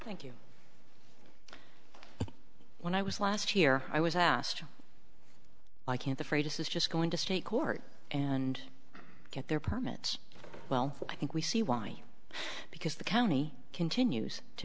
thank you when i was last year i was asked why can't the freydis is just going to state court and get their permits well i think we see why because the county continues to